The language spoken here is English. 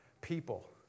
people